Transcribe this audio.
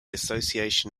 association